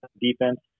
defense